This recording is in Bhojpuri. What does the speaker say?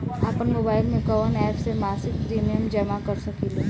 आपनमोबाइल में कवन एप से मासिक प्रिमियम जमा कर सकिले?